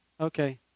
Okay